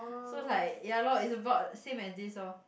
so like ya lor is about same as this lor